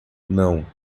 não